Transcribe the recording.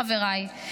חבריי,